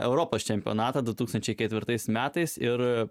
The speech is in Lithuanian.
europos čempionatą du tūkstančiai ketvirtais metais ir